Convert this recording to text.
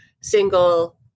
single